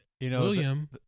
William